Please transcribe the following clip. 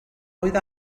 oedd